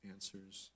Answers